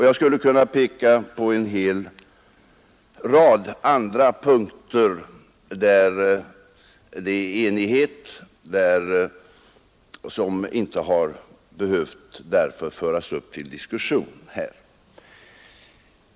Jag skulle kunna peka på en hel rad andra punkter som vi är eniga om och som därför inte har behövt föras upp till diskussion här.